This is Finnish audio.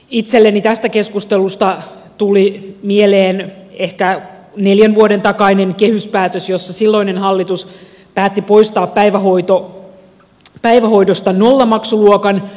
itselleni tästä keskustelusta tuli mieleen ehkä neljän vuoden takainen kehyspäätös jossa silloinen hallitus päätti poistaa päivähoidosta nollamaksuluokan